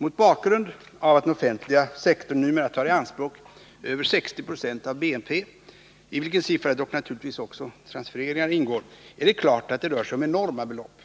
Mot bakgrund av att den offentliga sektorn numera tar i anspråk över 60 96 av BNP, i vilken siffra dock naturligtvis även transfereringar ingår, är det klart att det rör sig om enorma belopp.